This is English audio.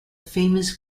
famous